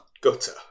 Gutter